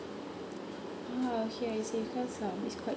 ah okay I see because um it's quite